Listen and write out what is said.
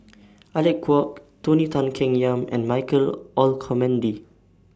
Alec Kuok Tony Tan Keng Yam and Michael Olcomendy